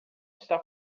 está